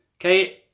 okay